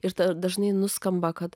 ir dažnai nuskamba kad